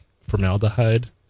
formaldehyde